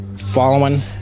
following